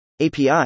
API